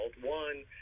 One